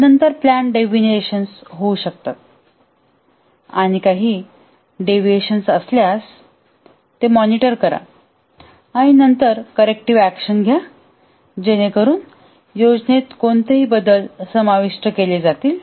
पण नंतर plan deviations होऊ शकते आणि काही डेव्हिएशन्स असल्यास ते मॉनिटर करा आणि नंतर करेक्टिव्ह एक्शन घ्या जेणेकरून योजनेत कोणतेही बदल समाविष्ट केले जातील